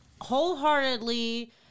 wholeheartedly